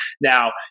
now